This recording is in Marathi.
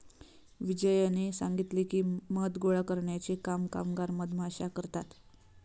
विजयने सांगितले की, मध गोळा करण्याचे काम कामगार मधमाश्या करतात